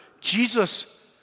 Jesus